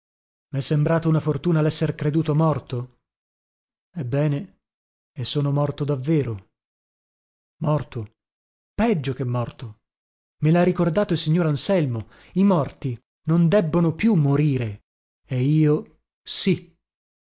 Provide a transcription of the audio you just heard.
mè sembrata una fortuna lesser creduto morto ebbene e sono morto davvero morto peggio che morto me lha ricordato il signor anselmo i morti non debbono più morire e io sì